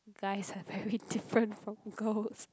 guys are very different from girls